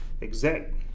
Exact